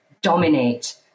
dominate